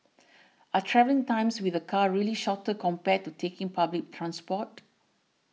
are travelling times with a car really shorter compared to taking public transport